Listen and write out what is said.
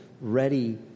ready